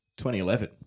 2011